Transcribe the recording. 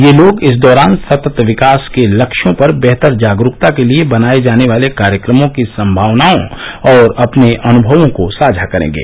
ये लोग इस दौरान सतत् विकास के लक्ष्यों पर बेहंतर जागरूकता को लिए बनाये जाने वाले कार्यक्रमों की संमावनाओं और अपने अनुभवों को साझा करेंगे